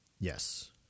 Yes